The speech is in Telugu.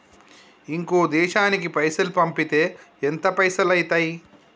ఇంకో దేశానికి పైసల్ పంపితే ఎంత పైసలు అయితయి?